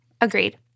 Agreed